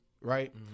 right